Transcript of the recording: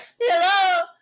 Hello